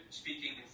speaking